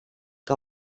que